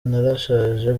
narashaje